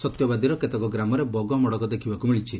ସତ୍ୟବାଦୀର କେତେକ ଗ୍ରାମରେ ବଗ ମଡକ ଦେଖ୍ବାକୁ ମିଳିଥିଲା